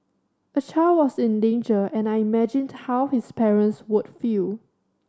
a child was in danger and I imagined how his parents would feel